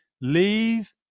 Leave